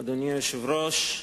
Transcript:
אדוני היושב-ראש,